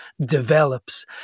develops